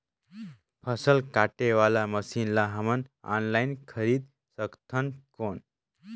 फसल काटे वाला मशीन ला हमन ऑनलाइन खरीद सकथन कौन?